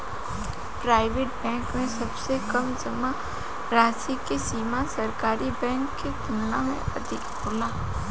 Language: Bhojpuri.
प्राईवेट बैंक में सबसे कम जामा राशि के सीमा सरकारी बैंक के तुलना में अधिक होला